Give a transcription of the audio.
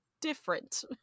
different